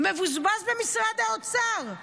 מבוזבז במשרד האוצר.